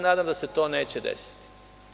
Nadam se da se to neće desiti.